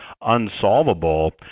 unsolvable